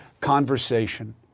conversation